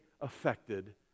affected